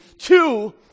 Two